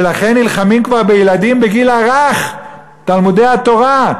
ולכן נלחמים כבר בילדים בגיל הרך, תלמודי-התורה,